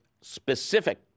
specific